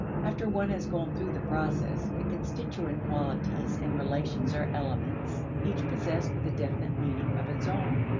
after one has gone through the process, the constituent qualities and relations are elements, each possessed with a definite meaning of its own.